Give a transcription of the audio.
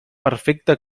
perfecta